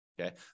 Okay